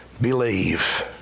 believe